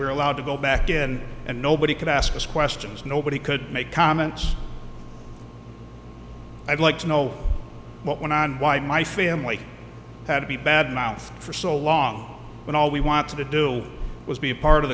were allowed to go back in and nobody could ask us questions nobody could make comments i'd like to know what went on why my family had to be bad mouth for so long when all we want to do was be a part of